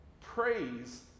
Praise